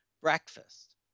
breakfast